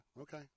Okay